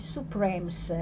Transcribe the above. Supremes